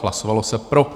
Hlasovalo se pro.